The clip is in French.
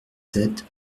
sept